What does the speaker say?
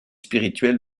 spirituel